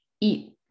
eat